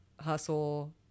hustle